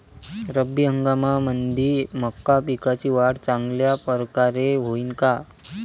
रब्बी हंगामामंदी मका पिकाची वाढ चांगल्या परकारे होईन का?